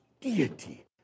deity